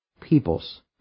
peoples